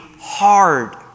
hard